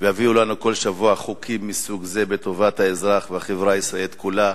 ויביאו לנו כל שבוע חוקים מסוג זה לטובת האזרח והחברה הישראלית כולה,